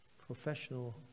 professional